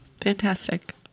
fantastic